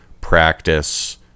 practice